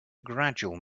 gradual